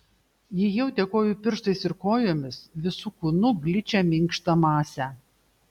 ji jautė kojų pirštais ir kojomis visu kūnu gličią minkštą masę